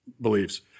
beliefs